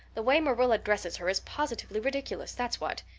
the way marilla dresses her is positively ridiculous, that's what,